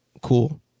cool